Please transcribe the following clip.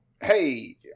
hey